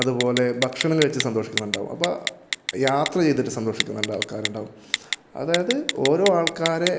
അത് പോലെ ഭക്ഷണം കഴിച്ചു സന്തോഷിക്കുന്നുണ്ടാകും അപ്പം യാത്ര ചെയ്തിട്ട് സന്തോഷിക്കുന്ന ആൾക്കാരുണ്ടാകും അതായത് ഓരോ ആൾക്കാരെ